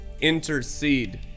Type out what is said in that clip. intercede